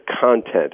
content